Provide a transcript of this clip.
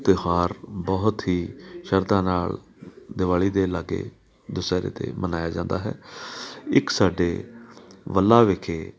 ਤਿਉਹਾਰ ਬਹੁਤ ਹੀ ਸ਼ਰਧਾ ਨਾਲ ਦਿਵਾਲੀ ਦੇ ਲਾਗੇ ਦੁਸਹਿਰੇ 'ਤੇ ਮਨਾਇਆ ਜਾਂਦਾ ਹੈ ਇੱਕ ਸਾਡੇ ਵੱਲਾ ਵਿਖੇ